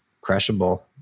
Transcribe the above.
crushable